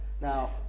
Now